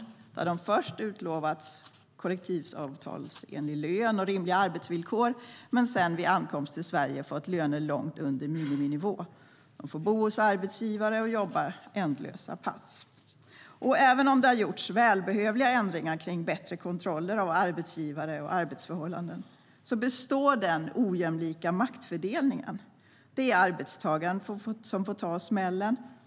Arbetarna har först utlovats kollektivavtalsenlig lön och rimliga arbetsvillkor men sedan vid ankomst till Sverige fått löner långt under miniminivå. De får bo hos arbetsgivaren och jobba ändlösa pass. Även om det har gjorts välbehövliga ändringar för att få till bättre kontroller av arbetsgivare och arbetsförhållanden består den ojämlika maktfördelningen. Det är arbetstagaren som får ta smällen.